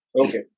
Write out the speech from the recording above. Okay